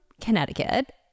Connecticut